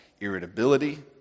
irritability